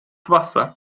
wasser